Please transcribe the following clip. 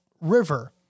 river